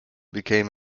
became